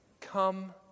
come